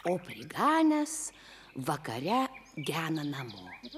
o priganęs vakare gena namo